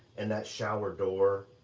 and that shower door,